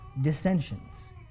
dissensions